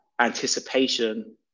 anticipation